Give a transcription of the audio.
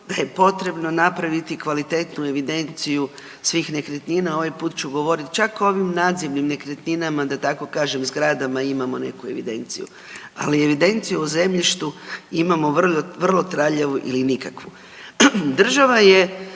da je potrebno napraviti kvalitetu evidenciju svih nekretnina, ovaj put ću govorit čak o ovim nadzemnim nekretninama da tako kažem zgradama imamo neku evidenciju, ali evidenciju o zemljištu imamo vrlo traljavu ili nikakvu. Država je